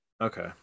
Okay